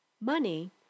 Money